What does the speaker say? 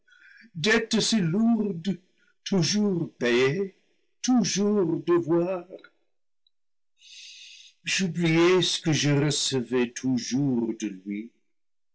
si lourde toujours payer toujours devoir j'oubliai ce que je recevais toujours de lui